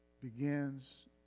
begins